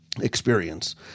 experience